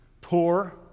poor